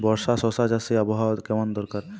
বর্ষার শশা চাষে কেমন আবহাওয়া দরকার?